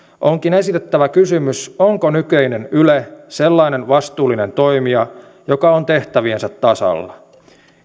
onkin esitettävä kysymys onko nykyinen yle sellainen vastuullinen toimija joka on tehtäviensä tasalla